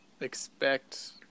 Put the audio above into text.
expect –